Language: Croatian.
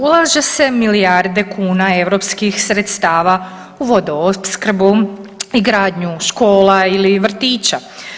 Ulaže se milijardu kuna europskih sredstava u vodoopskrbu i gradnju škola ili vrtića.